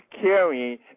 carrying